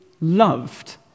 loved